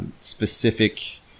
specific